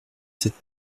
sept